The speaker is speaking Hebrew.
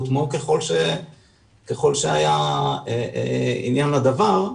והוטמעו ככל שהיה עניין לדבר,